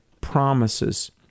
promises